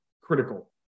critical